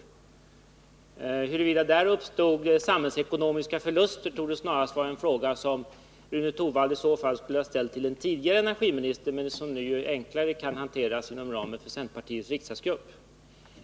Huruvida det i avvaktan på beslutet enligt villkorslagen uppstod samhällsekonomiska förluster torde snarast vara en fråga som Rune Torwald i så fall skulle ha ställt till den förre energiministern men som nu enklare kan hanteras inom ramen för centerpartiets riksdagsgrupp.